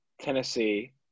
Tennessee